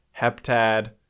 heptad